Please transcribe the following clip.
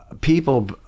people